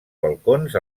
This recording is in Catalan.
balcons